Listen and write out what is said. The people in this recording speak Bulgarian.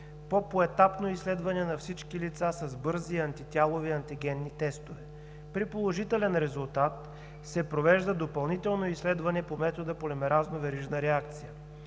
по поетапно изследване на всички лица с бързи антитялови антигенни тестове. При положителен резултат се провежда допълнително изследване по метода Полимеразна верижна реакция.